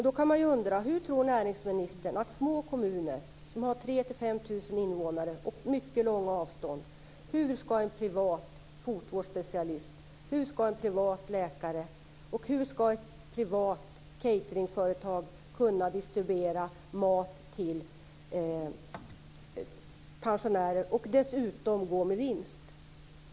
Då kan man ju undra: Hur tror näringsministern att det skall kunna fungera med privata fotvårdsspecialister eller privata läkare i små kommuner som har 3 000-5 000 invånare och mycket långa avstånd? Hur skall ett privat cateringföretag kunna distribuera mat till pensionärer och dessutom gå med vinst?